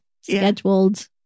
scheduled